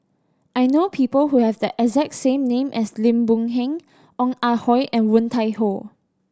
I know people who have the exact same name as Lim Boon Heng Ong Ah Hoi and Woon Tai Ho